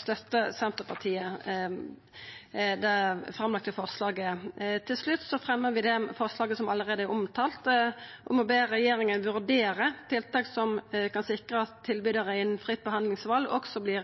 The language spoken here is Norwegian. støttar Senterpartiet det framlagte forslaget. Til slutt fremjar eg det forslaget som allereie er omtalt, om å be regjeringa vurdera tiltak som kan sikra at tilbydarar innan fritt behandlingsval også